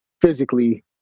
physically